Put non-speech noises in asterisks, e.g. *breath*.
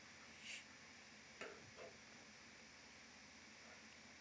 *breath*